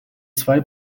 zwei